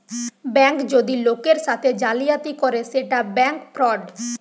bank যদি লোকের সাথে জালিয়াতি করে সেটা ব্যাঙ্ক ফ্রড